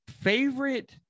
Favorite